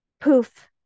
poof